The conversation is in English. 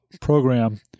Program